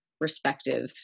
respective